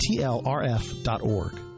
TLRF.org